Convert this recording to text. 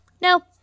No